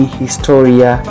historia